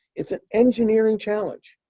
it's an engineering challenge.